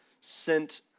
sent